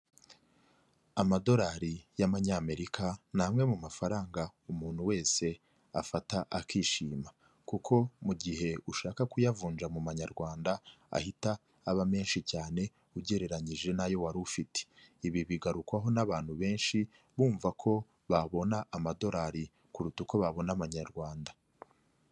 Amadolari y'Amanyamerika ni amwe mu mafaranga umuntu wese afata akishima, kuko mu gihe ushaka kuyavunja mu manyarwanda ahita aba menshi cyane ugereranyije n'ayo wari ufite, ibi bigarukwaho n'abantu benshi bumva ko babona amadolari kuruta uko babona amanyarwanda.